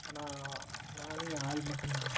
அண்ணா நானும் என் ஆள் மட்டும் தாண்ணா